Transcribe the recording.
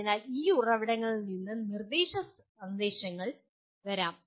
അതിനാൽ ഈ ഉറവിടങ്ങളിൽ നിന്ന് നിർദ്ദേശ സന്ദേശങ്ങൾ വരാം